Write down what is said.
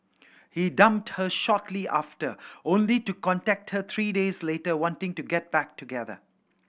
he dumped her shortly after only to contact her three days later wanting to get back together